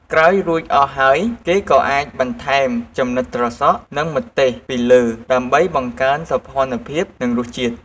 ក្រោយរួចអស់ហើយ គេក៏អាចបន្ថែម ចំណិតត្រសក់និងម្ទេសពីលើ ដើម្បីបង្កើនសោភ័ណភាពនិងរសជាតិ។